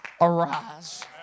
arise